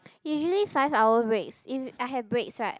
usually five hour breaks if I have breaks right